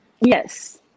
Yes